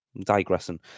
digressing